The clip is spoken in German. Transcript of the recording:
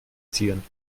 ziehen